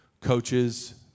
coaches